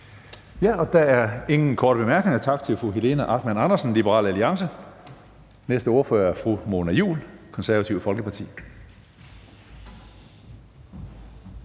Hønge): Der er ingen korte bemærkninger. Tak til fru Helena Artmann Andresen fra Liberal Alliance. Næste ordfører er fru Mona Juul, Det Konservative Folkeparti.